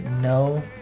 no